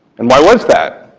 and why was that?